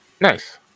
Nice